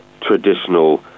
traditional